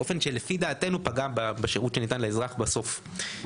באופן שלפי דעתנו פגע בשירות שניתן לאזרח בסוף.